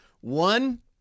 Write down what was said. One